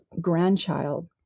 grandchild